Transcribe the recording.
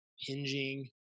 hinging